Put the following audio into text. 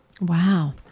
Wow